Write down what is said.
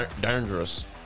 Dangerous